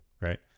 right